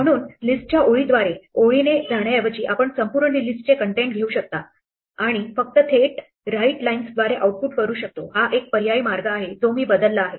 म्हणून लिस्टच्या ओळींद्वारे ओळीने जाण्याऐवजी आपण संपूर्ण लिस्टचे कन्टेन्ट घेऊ शकतो आणि फक्त थेट राईट लाइन्स द्वारे आउटपुट करू शकतो हा एक पर्यायी मार्ग आहे जो मी बदलला आहे